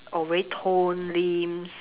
or very tone limbs